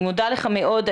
אני מודה לך מאוד.